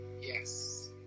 Yes